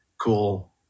cool